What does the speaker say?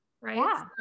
right